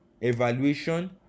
evaluation